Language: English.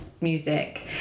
Music